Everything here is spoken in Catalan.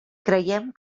creiem